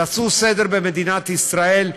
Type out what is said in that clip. תעשו סדר במדינת ישראל,